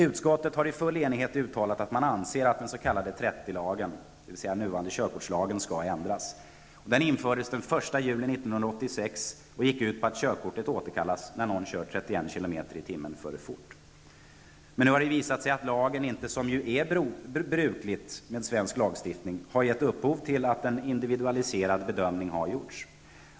Utskottet har i full enighet uttalat att man anser att den s.k. 30-lagen, dvs. den nuvarande körkortslagen, skall ändras. Den infördes den 1 juli 1986 och går ut på att körkortet skall återkallas när någon kör 31 km/timme för fort. Nu har det emellertid visat sig att lagen inte, som ju är brukligt i svensk lagstiftning, har gett upphov till att en individualiserad bedömning har gjorts.